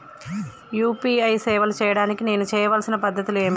UPI సేవలు చేయడానికి నేను చేయవలసిన పద్ధతులు ఏమిటి?